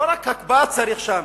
לא רק הקפאה צריך שם.